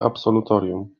absolutorium